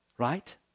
Right